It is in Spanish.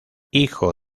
hijo